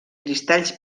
cristalls